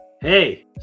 Hey